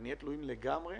ונהיה תלויים לגמרי,